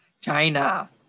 China